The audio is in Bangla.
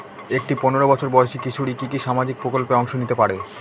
একটি পোনেরো বছর বয়সি কিশোরী কি কি সামাজিক প্রকল্পে অংশ নিতে পারে?